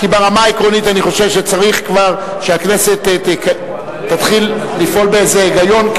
כי ברמה העקרונית אני חושב שצריך כבר שהכנסת תתחיל לפעול באיזה היגיון,